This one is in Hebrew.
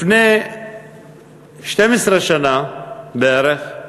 לפני 12 שנה בערך,